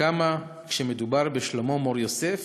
כמה וכמה כשמדובר בשלמה מור-יוסף,